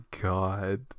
god